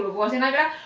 wasn't and